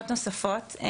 נוספות.